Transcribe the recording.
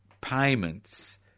payments